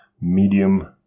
medium